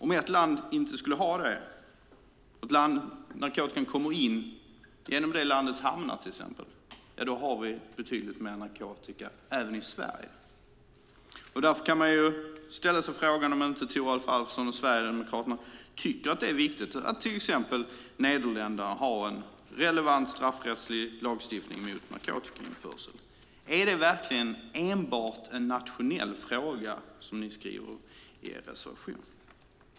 Om ett land inte skulle ha det och om narkotikan kommer in genom detta lands hamnar, till exempel, så har vi betydligt mer narkotika även i Sverige. Därför kan man ställa sig frågan om inte Thoralf Alfsson och Sverigedemokraterna tycker att det är viktigt att till exempel Nederländerna har en relevant straffrättslig lagstiftning mot narkotikainförsel. Är det verkligen enbart en nationell fråga, som ni skriver i er reservation?